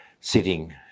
sitting